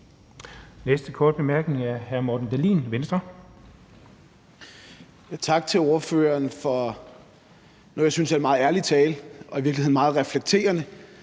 Venstre. Kl. 12:24 Morten Dahlin (V): Tak til ordføreren for noget, jeg synes er en meget ærlig tale og i virkeligheden meget reflekterende,